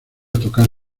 tocar